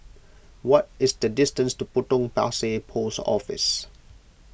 what is the distance to Potong Pasir Post Office